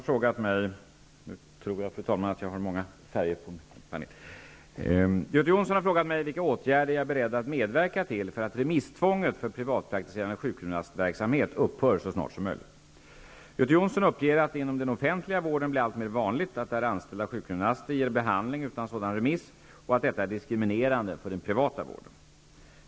Fru talman! Göte Jonsson har frågat mig vilka åtgärder jag är beredd att medverka till för att remisstvånget för privatpraktiserande sjukgymnastverksamhet upphör så snart som möjligt. Göte Jonsson uppger att det inom den offentliga vården blir alltmer vanligt att där anställda sjukgymnaster ger behandling utan sådan remiss och att detta är diskriminerande för den privata vården.